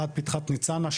עד פתחת ניצנה,